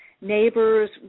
neighbors